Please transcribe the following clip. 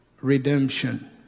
Redemption